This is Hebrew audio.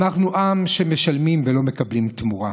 אנחנו עם שמשלמים ולא מקבלים תמורה.